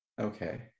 Okay